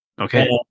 Okay